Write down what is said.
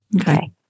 Okay